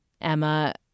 Emma